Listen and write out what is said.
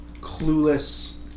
clueless